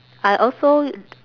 I also